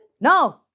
No